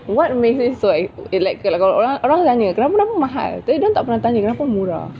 what makes it so like orang orang tanya kenapa kenapa mahal tapi dorang tak pernah tanya kenapa murah